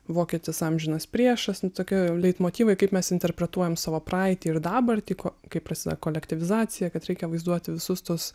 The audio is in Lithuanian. vokietis amžinas priešas nu tokie jau leitmotyvai kaip mes interpretuojam savo praeitį ir dabartį ko kai prasideda kolektyvizacija kad reikia vaizduoti visus tuos